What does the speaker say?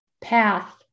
path